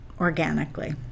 organically